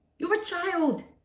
you're a child,